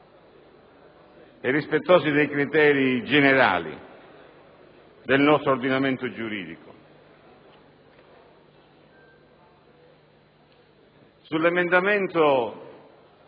esistenti e dei criteri generali del nostro ordinamento giuridico. Gli emendamenti